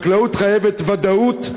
החקלאות חייבת ודאות,